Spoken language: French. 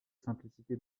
simplicité